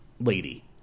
lady